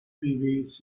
kings